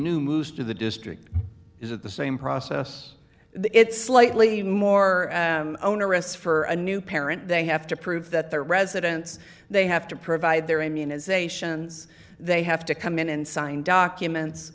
new moves to the district is that the same process it's slightly more onerous for a new parent they have to prove that their residence they have to provide their immunisations they have to come in and sign documents